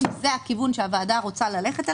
אם זה הכיוון שהוועדה רוצה ללכת אליו,